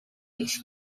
its